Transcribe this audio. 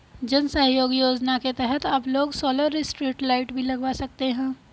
जन सहयोग योजना के तहत अब लोग सोलर स्ट्रीट लाइट भी लगवा सकते हैं